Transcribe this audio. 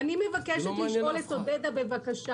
אז רציתי לדעת מה הרווח,